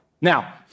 Now